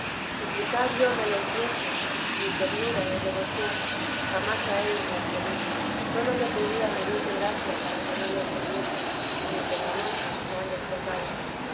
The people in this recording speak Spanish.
suplicar yo me los diese ni ternura de devoción jamás a ello me atreví sólo le pedía me diese gracia para que no le ofendiese y me perdonase mis grandes pecados